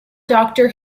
doctor